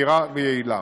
מהירה ויעילה.